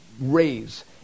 raise